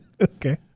okay